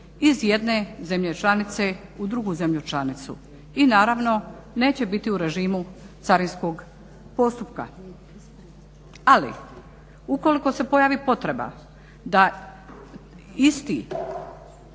iz jedne zemlje članice u drugu zemlju članicu i naravno neće biti u režimu carinskog postupka. Ali ukoliko se pojavi potreba da isti